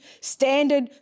standard